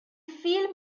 film